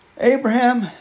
Abraham